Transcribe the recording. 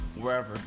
wherever